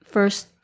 First